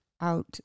out